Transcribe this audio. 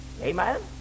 Amen